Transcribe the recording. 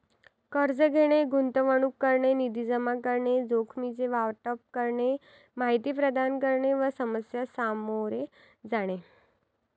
कर्ज घेणे, गुंतवणूक करणे, निधी जमा करणे, जोखमीचे वाटप करणे, माहिती प्रदान करणे व समस्या सामोरे जाणे